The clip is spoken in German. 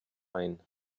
ein